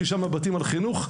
שישה מבטים על חינוך,